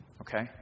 Okay